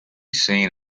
seen